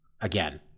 again